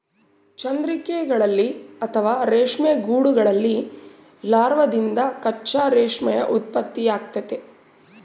ಚಂದ್ರಿಕೆಗಳಲ್ಲಿ ಅಥವಾ ರೇಷ್ಮೆ ಗೂಡುಗಳಲ್ಲಿ ಲಾರ್ವಾದಿಂದ ಕಚ್ಚಾ ರೇಷ್ಮೆಯ ಉತ್ಪತ್ತಿಯಾಗ್ತತೆ